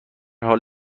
حال